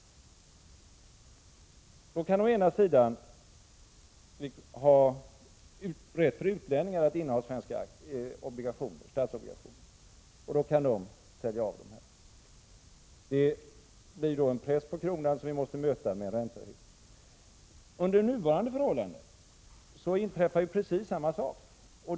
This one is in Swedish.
Då kan vi å ena sidan ge rätt för utlänningar att inneha svenska statsobligationer. Då kan de sälja av dem. Det blir en press på kronan som vi måste möta med räntehöjning. Under nuvarande förhållanden inträffar precis samma sak.